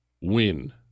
win